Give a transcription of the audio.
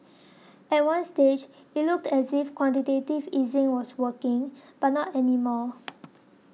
at one stage it looked as if quantitative easing was working but not any more